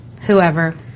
whoever